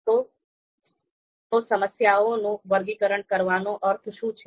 તો સમસ્યાઓનું વર્ગીકરણ કરવાનો અર્થ શું છે